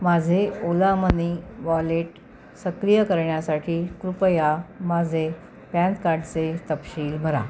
माझे Ola money wallet सक्रिय करण्यासाठी कृपया माझे पॅनकार्डचे तपशील भरा